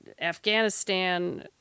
Afghanistan